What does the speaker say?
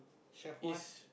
chef one